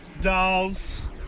dolls